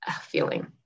feeling